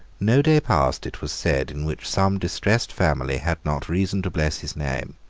no day passed, it was said, in which some distressed family had not reason to bless his name.